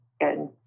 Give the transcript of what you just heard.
Good